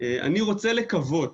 אני רוצה לקוות,